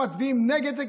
מצביעים נגד זה,